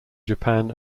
japan